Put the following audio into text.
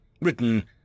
Written